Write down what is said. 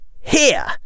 here